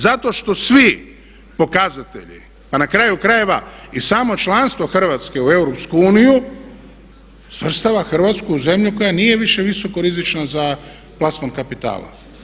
Zato što svi pokazatelji pa na kraju krajeva i samo članstvo Hrvatske u EU svrstava Hrvatsku u zemlju koja nije više visokorizična za plasman kapitala.